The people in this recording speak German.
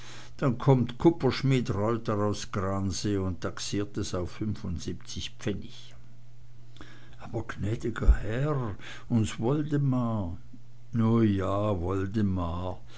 dann kommt kupperschmied reuter aus gransee und taxiert es auf fünfundsiebzig pfennig aber gnäd'ger herr uns woldemar nu ja woldemar